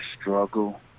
struggle